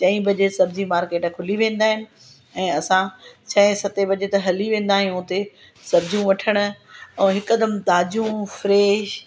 चंई बजे सब्जी मार्किट खुली वेंदा आहिनि ऐं असां छंए सते वजे त हली वेंदा आहियूं हुते सब्जियूं वठण ऐं हिकदमि ताजियूं फ्रेश